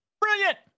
Brilliant